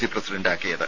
C പ്രസിഡന്റാക്കിയത്